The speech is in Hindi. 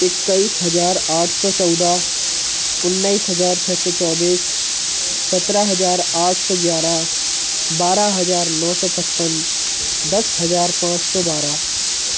इक्कीस हज़ार आठ सौ चौदह उन्नीस छः सौ चौबीस सत्रह हज़ार आठ सौ ग्यारह बारह हजार नौ सौ पचपन दस हज़ार पाँच सौ बारह